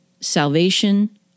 salvation